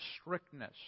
strictness